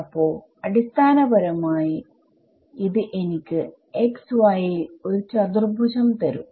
അപ്പൊ അടിസ്ഥാനപരമായി ഇത് എനിക്ക് x y ൽ ഒരു ചതുർഭുജം തരും